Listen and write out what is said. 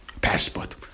passport